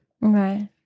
Right